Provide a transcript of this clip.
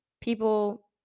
people